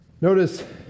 Notice